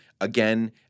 again